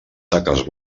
taques